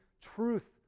truth